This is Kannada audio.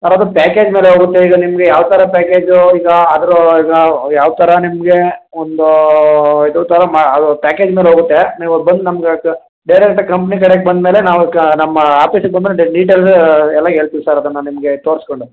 ಸರ್ ಅದು ಪ್ಯಾಕೇಜ್ ಮೇಲೆ ಹೋಗುತ್ತೆ ಈಗ ನಿಮಗೆ ಯಾವ ಥರ ಪ್ಯಾಕೇಜು ಈಗ ಅದ್ರ ಈಗ ಯಾವ ಥರ ನಿಮಗೆ ಒಂದು ಇದು ಥರ ಮಾ ಅದು ಪ್ಯಾಕೇಜ್ ಮೇಲೆ ಹೋಗುತ್ತೆ ನೀವು ಬಂದು ನಮ್ಗೆ ಡೈರೆಕ್ಟಾಗಿ ಕಂಪ್ನಿ ಕಡೆ ಬಂದ ಮೇಲೆ ನಾವು ಕಾ ನಮ್ಮ ಆಫೀಸಿಗೆ ಬಂದ್ಮೇಲೆ ಡೀಟಲ್ ಎಲ್ಲ ಹೇಳ್ತೀವ್ ಸರ್ ಅದನ್ನು ನಿಮಗೆ ತೋರಿಸ್ಕೊಂಡು